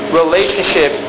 relationship